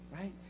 Right